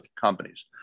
companies